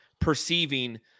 perceiving